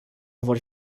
vor